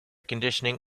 conditioning